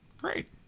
great